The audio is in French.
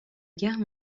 guerre